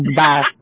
bye